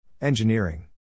Engineering